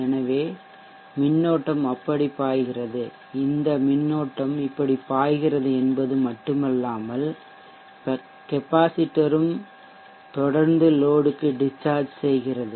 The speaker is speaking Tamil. எனவே மின்னோட்டம் அப்படி பாய்கிறது இந்த மின்னோட்டம் இப்படி பாய்கிறது என்பது மட்டுமல்லாமல் கெப்பாசிட்டர் ம் தொடர்ந்து லோடுக்கு டிஸ்சார்ஜ் செய்கிறது